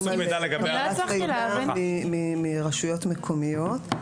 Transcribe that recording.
מדברים על העברת מידע מרשויות מקומיות.